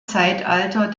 zeitalter